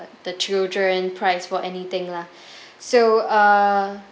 the children price for anything lah so uh